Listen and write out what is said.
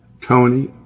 Tony